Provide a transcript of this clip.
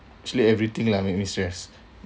actually everything lah make me stressed